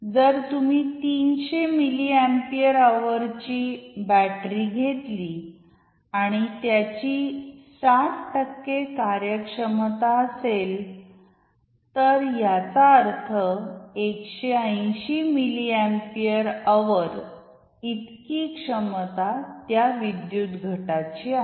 जर तुम्ही 300 milliampere hour ची बॅटरी घेतली आणि त्याची 60 कार्यक्षमता असेल तर याचा अर्थ 180 मिली एंपियर अवर इतकी क्षमता त्या विद्युत घटाची आहे